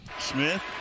Smith